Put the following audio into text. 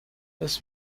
das